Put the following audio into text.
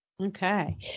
Okay